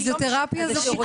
הפיזיותרפיה זה שיקום.